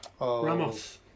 Ramos